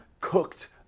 cooked